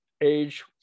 age